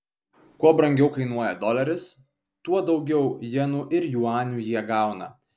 kuo brangiau kainuoja doleris tuo daugiau jenų ir juanių jie gauna